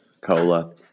Cola